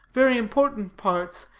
very important parts,